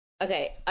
Okay